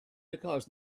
because